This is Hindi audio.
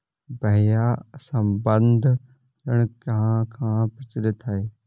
भैया संबंद्ध ऋण कहां कहां प्रचलित है?